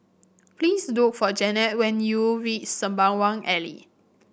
please look for Jennette when you reach Sembawang Alley